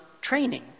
training